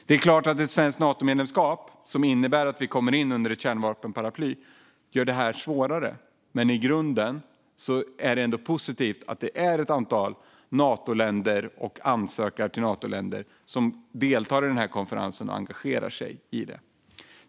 Det är klart att ett svenskt Natomedlemskap, som innebär att vi kommer in under ett kärnvapenparaply, gör detta svårare. Men i grunden är det ändå positivt att ett antal Natoländer och ansökarländer deltar i konferensen och engagerar sig i detta.